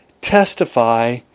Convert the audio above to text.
testify